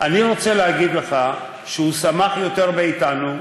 אני רוצה להגיד לך שהוא שמח יותר מאתנו,